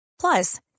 Plus